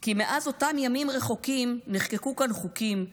// כי מאז אותם ימים רחוקים / נחקקו כאן חוקים /